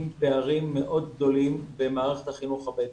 פערים מאוד גדולים במערכת החינוך הבדואית,